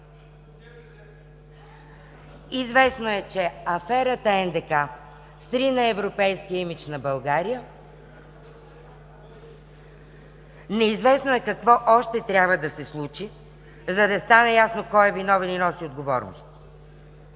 Известно е, че аферата НДК срина европейския имидж на България, неизвестно е какво още трябва да се случи, за да стане ясно кой е виновен и носи отговорност!